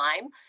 time